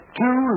two